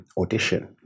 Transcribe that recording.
audition